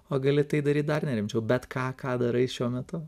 o gali tai daryt dar nerimčiau bet ką ką darai šiuo metu